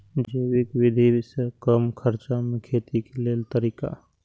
जैविक विधि से कम खर्चा में खेती के लेल तरीका?